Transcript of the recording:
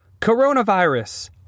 Coronavirus